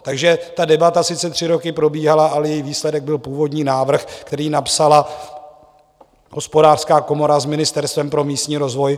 Takže ta debata sice tři roky probíhala, ale její výsledek byl původní návrh, který napsala Hospodářská komora s Ministerstvem pro místní rozvoj.